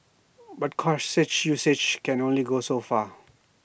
but cautious usage can only go so far